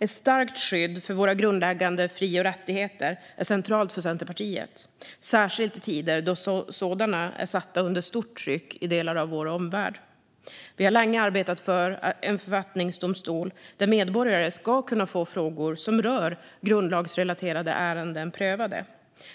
Ett starkt skydd för våra grundläggande fri och rättigheter är centralt för Centerpartiet. Det gäller särskilt i tider då sådana är satta under stort tryck i delar av vår omvärld. Vi har länge arbetat för en författningsdomstol, där medborgare ska kunna få frågor som rör grundlagsrelaterade ärenden prövade.